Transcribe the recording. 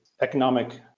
economic